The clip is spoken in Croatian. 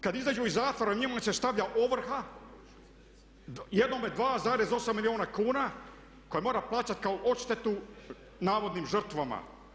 Kad izađu iz zatvora njima se stavlja ovrha, jednome 2,8 milijuna kuna koje mora plaćati kao odštetu navodnim žrtvama.